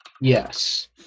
yes